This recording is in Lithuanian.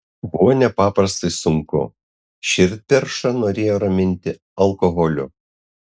buvo nepaprastai sunku širdperšą norėjo raminti alkoholiu